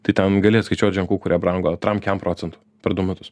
tai ten gali atskaičiuot ženklų kurie brango tram kem procentų per du metus